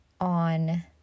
on